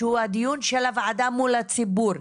שהוא הדיון של הוועדה מול הציבור.